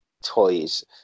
toys